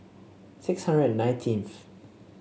six hundred and nineteenth